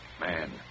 Man